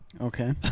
Okay